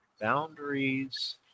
boundaries